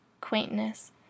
Quaintness